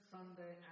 Sunday